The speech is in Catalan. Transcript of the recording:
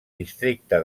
districte